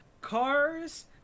Cars